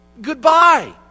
goodbye